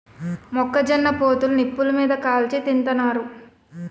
మొక్క జొన్న పొత్తులు నిప్పులు మీది కాల్చి తింతన్నారు